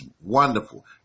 wonderful